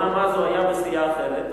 אומנם אז הוא היה בסיעה אחרת,